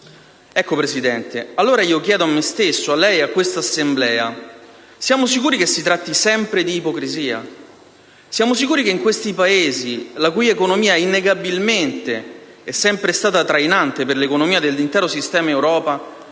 signor Presidente, chiedo a me stesso, a lei e a questa Assemblea: siamo sicuri che si tratti sempre di ipocrisia? Siamo sicuri che in questi Paesi, la cui economia innegabilmente è sempre stata trainante per l'economia dell'intero sistema Europa,